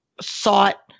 sought